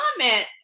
comment